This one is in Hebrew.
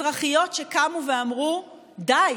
אזרחיות שקמו ואמרו: די,